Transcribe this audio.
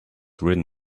written